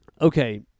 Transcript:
okay